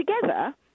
together